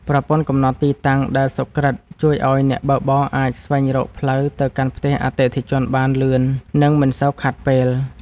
ប្រព័ន្ធកំណត់ទីតាំងដែលសុក្រឹតជួយឱ្យអ្នកបើកបរអាចស្វែងរកផ្លូវទៅកាន់ផ្ទះអតិថិជនបានលឿន និងមិនសូវខាតពេល។